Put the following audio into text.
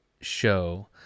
show